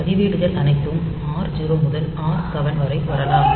பதிவேடுகள் அனைத்தும் R0 முதல் R7 வரை வரலாம்